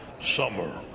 summer